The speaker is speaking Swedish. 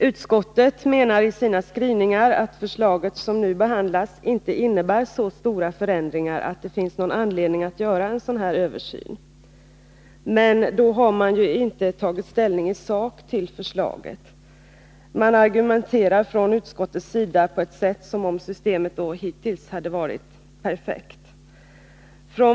Utskottet menar i sina skrivningar att det förslag som nu behandlas inte innebär så stora förändringar att det finns någon anledning att göra en sådan översyn. Men då har utskottet inte tagit ställning i sak till förslaget. Utskottet argumenterar på ett sätt som om systemet hittills hade varit perfekt.